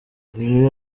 ibi